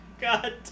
god